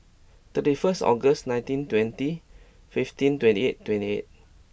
thirty first August nineteen twenty fifteen twenty eight twenty eight